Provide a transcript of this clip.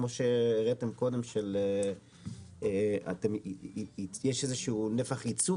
כמו שהראיתם קודם שיש איזשהו נפח ייצור